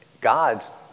God's